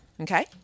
Okay